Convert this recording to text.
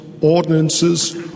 ordinances